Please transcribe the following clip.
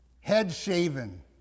head-shaven